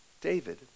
David